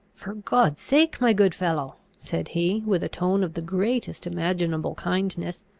for god's sake, my good fellow! said he, with a tone of the greatest imaginable kindness,